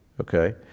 okay